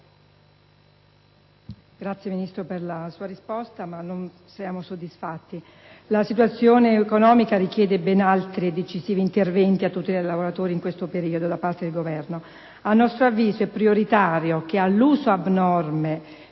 il Ministro per la sua risposta, ma non ne siamo soddisfatti. L'attuale situazione economica richiede ben altri e decisivi interventi a tutela dei lavoratori da parte del Governo. A nostro avviso, è prioritario che all'uso fin